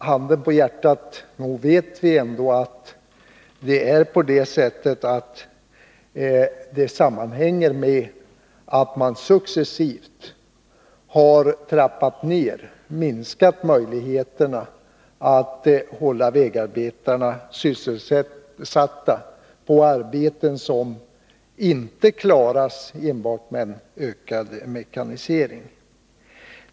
Handen på hjärtat: Nog vet vi väl ändå att detta sammanhänger med att man successivt har trappat ner och minskat möjligheterna att hålla vägarbetarna sysselsatta i arbeten som inte klaras enbart med en ökad mekanisering?